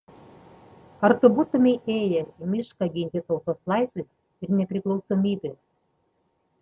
ar tu būtumei ėjęs į mišką ginti tautos laisvės ir nepriklausomybės